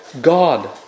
God